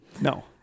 No